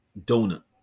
donut